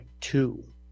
two